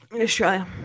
Australia